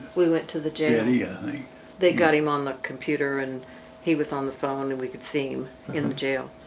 we went to the jail. yeah they they got him on the computer and he was on the phone and we could see him in the jail.